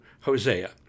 Hosea